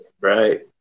right